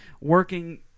working